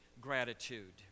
gratitude